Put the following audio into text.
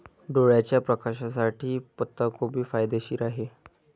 डोळ्याच्या प्रकाशासाठी पत्ताकोबी फायदेशीर आहे